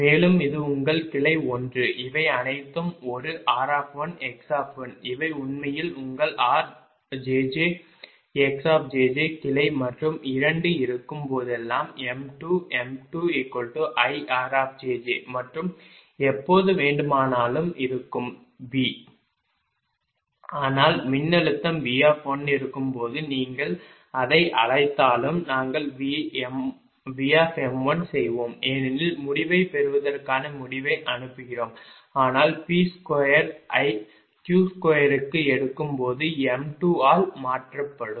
மேலும் இது உங்கள் கிளை 1 இவை அனைத்தும் ஒரு r1 x இவை உண்மையில் உங்கள் r x கிளை மற்றும் 2 இருக்கும் போதெல்லாம் m2m2IR மற்றும் எப்போது வேண்டுமானாலும் இருக்கும் V ஆனால் மின்னழுத்தம் V இருக்கும் போது நீங்கள் எதை அழைத்தாலும் நாங்கள் V செய்வோம் ஏனெனில் முடிவைப் பெறுவதற்கான முடிவை அனுப்புகிறோம் ஆனால் P2 ஐ Q2 க்கு எடுக்கும் போது m2 ஆல் மாற்றப்படும்